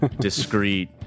discreet